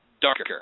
darker